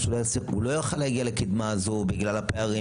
מה שהוא לא יעשה הוא לא יוכל להגיע לקדמה הזו: בגלל הפערים,